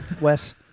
Wes